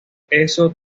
eso